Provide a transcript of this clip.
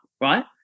right